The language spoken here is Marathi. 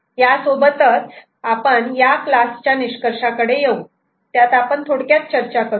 यासोबत आपण या क्लासच्या निष्कर्षआकडे येऊ त्यात आपण थोडक्यात चर्चा करू